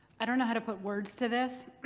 i don't know how to put words to this,